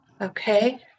okay